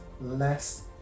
less